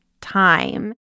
time